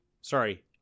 sorry